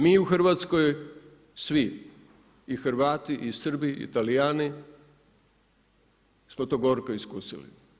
Mi u Hrvatskoj svi, i Hrvati i Srbi i Talijani smo to gorko iskusili.